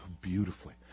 beautifully